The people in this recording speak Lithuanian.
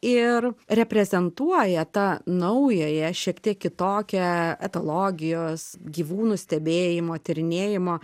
ir reprezentuoja tą naująją šiek tiek kitokią etologijos gyvūnų stebėjimo tyrinėjimo